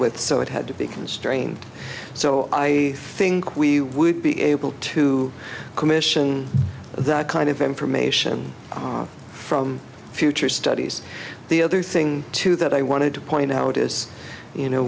with so it had to be constrained so i think we would be able to commission that kind of information from future studies the other thing too that i wanted to point out is you know